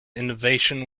innovation